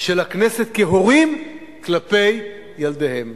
של הכנסת כהורים כלפי ילדיהם,